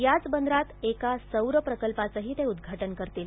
याच बंदरात एका सौर प्रकल्पाचंही ते उद्घाटन करतील